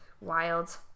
Wild